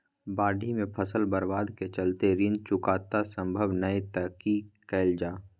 बाढि में फसल बर्बाद के चलते ऋण चुकता सम्भव नय त की कैल जा?